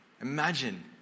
Imagine